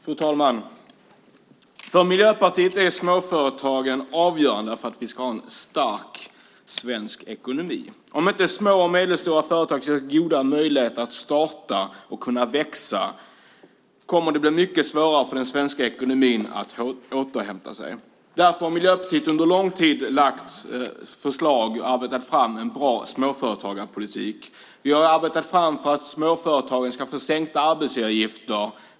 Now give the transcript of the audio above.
Fru talman! För Miljöpartiet är småföretagen avgörande för att vi ska ha en stark svensk ekonomi. Om inte små och medelstora företag har goda möjligheter att starta och växa kommer det att bli mycket svårare för den svenska ekonomin att återhämta sig. Därför har Miljöpartiet under lång tid lagt fram förslag till och arbetat fram en bra småföretagarpolitik. Vi har arbetat fram att småföretagen ska få sänkta arbetsgivaravgifter.